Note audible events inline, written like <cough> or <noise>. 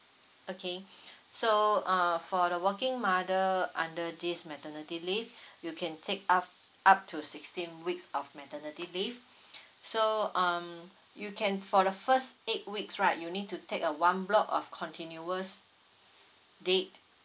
okay <breath> so uh for the working mother under this maternity leave you can take up up to sixteen weeks of maternity leave <breath> so um you can for the first eight weeks right you need to take a one block of continuous date